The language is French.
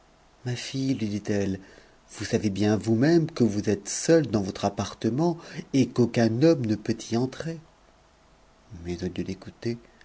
ma h'te t dit-elle vous savez bien vous-même que vous êtes seule dans votre partement et qu'aucun homme ne peut y entrer mais au